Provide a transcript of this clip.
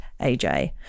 AJ